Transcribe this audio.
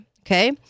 Okay